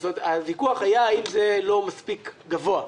היה האם זה לא מספיק גבוה.